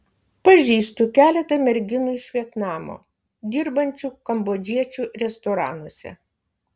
pažįstu keletą merginų iš vietnamo dirbančių kambodžiečių restoranuose